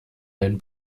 ein